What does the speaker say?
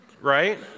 right